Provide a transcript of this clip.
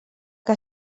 que